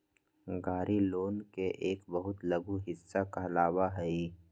गाड़ी लोन के एक बहुत लघु हिस्सा कहलावा हई